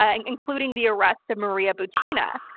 and including the arrest of maria butina,